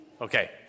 Okay